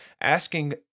asking